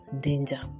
danger